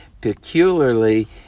peculiarly